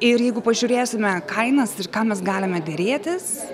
ir jeigu pažiūrėsime kainas ir ką mes galime derėtis